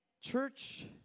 Church